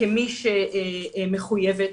כמי שמחויבת,